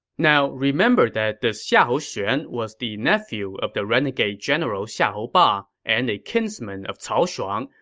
now, remember that this xiahou xuan was the nephew of the renegade general xiahou ba and a kinsman of cao shuang,